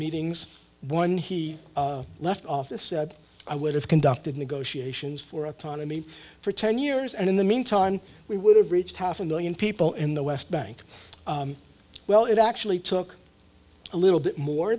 meetings one he left office said i would have conducted negotiations for autonomy for ten years and in the meantime we would have reached half a million people in the west bank well it actually took a little bit more